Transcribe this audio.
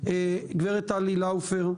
איתנו גברת טלי לאופר,